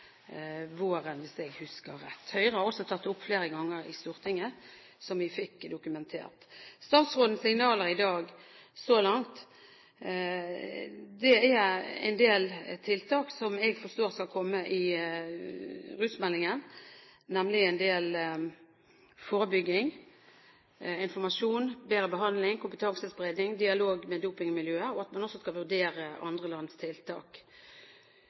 husker rett. Høyre har også tatt opp dette flere ganger i Stortinget, slik vi fikk dokumentert. Statsrådens signaler i dag, så langt, er at det skal komme en del tiltak etter det jeg forstår, i rusmeldingen, som går på forebygging, informasjon, bedre behandling, kompetansespredning, dialog med dopingmiljøet, og at man også skal vurdere andre lands tiltak.